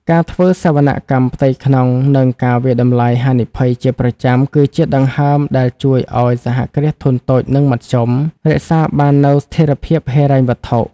ការធ្វើសវនកម្មផ្ទៃក្នុង និងការវាយតម្លៃហានិភ័យជាប្រចាំ គឺជាដង្ហើមដែលជួយឱ្យ សហគ្រាសធុនតូច និងមធ្យម រក្សាបាននូវស្ថិរភាពហិរញ្ញវត្ថុ។